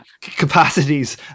capacities